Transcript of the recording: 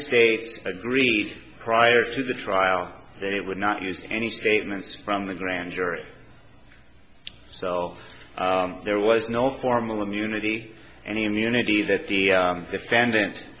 states agreed prior to the trial it would not use any statement from the grand jury so there was no formal immunity and immunity that the defendant